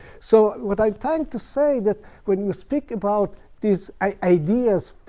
so what i'm trying to say, that when you speak about these ideas,